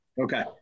okay